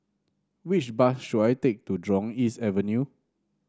which bus should I take to Jurong East Avenue